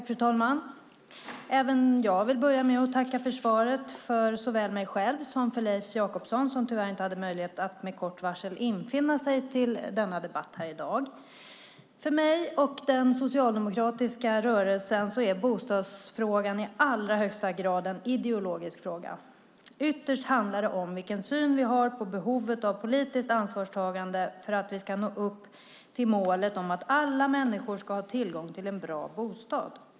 Fru talman! Även jag vill börja med att tacka för svaret, dels för egen del, dels för Leif Jakobssons del som tyvärr inte med kort varsel hade möjlighet att infinna sig till denna debatt. För mig och den socialdemokratiska rörelsen är bostadsfrågan i allra högsta grad ideologisk. Ytterst handlar det om vilken syn vi har på behovet av politiskt ansvarstagande för att vi ska nå upp till målet om att alla människor ska ha tillgång till en bra bostad.